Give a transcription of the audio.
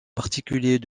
particulier